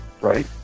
right